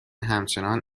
همچنان